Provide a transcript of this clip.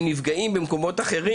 הם נפגעים במקומות אחרים,